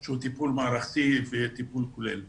שהוא טיפול מערכתי וטיפול כולל.